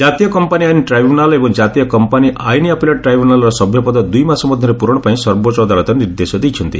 କାତୀୟ କମ୍ପାନି ଆଇନ ଟାଇବୁନାଲ୍ ଏବଂ ଜାତୀୟ କମ୍ପାନି ଆଇନ ଆପିଲେଟ୍ ଟାଇବୁନାଲ୍ର ସଭ୍ୟପଦ ଦୁଇମାସ ମଧ୍ୟରେ ପୂରଣ ପାଇଁ ସର୍ବୋଚ୍ଚ ଅଦାଲତ ନିର୍ଦ୍ଦେଶ ଦେଇଛନ୍ତି